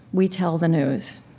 we tell the news.